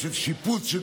יש שיפוץ של